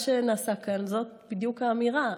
בעיניי, מה שנעשה כאן, זאת בדיוק האמירה.